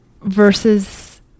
versus